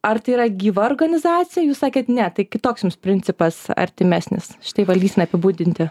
ar tai yra gyva organizacija jūs sakėt ne tai kitoks jums principas artimesnis šitai valdysenai apibūdinti